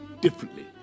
differently